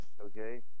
okay